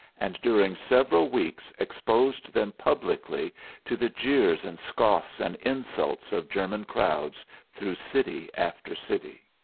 and during several weeks exposed them publicly to the jeers and scoffs and insults of german crowds through city after city.